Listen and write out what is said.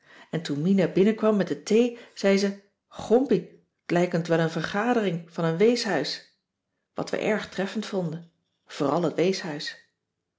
en toen mina binnen kwam met de thee zei ze gompie t lijkent wel n vergadering van een weeshuis wat we erg treffend vonden vooral het weeshuis